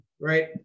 right